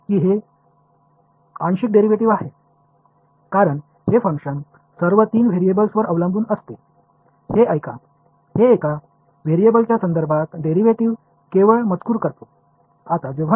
இவை அனைத்தும் partial derivative என்பதை நினைவில் கொள்க ஏனென்றால் மூன்று மாறிகளை சார்ந்துள்ள இந்த செயல்பாடு ஏதாவது ஒரு மாறிகளை பொறுத்து டெரிவேட்டிவ் ஐ டெக்ஸ்ட் மட்டும் செய்கிறது